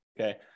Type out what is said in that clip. okay